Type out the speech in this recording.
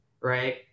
Right